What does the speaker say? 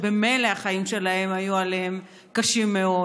שממילא החיים שלהם היו מאוד קשים עליהם,